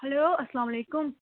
hello اَسَلام علیکُم